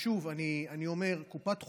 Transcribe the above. שוב, אני אומר, קופת חולים,